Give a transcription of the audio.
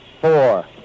four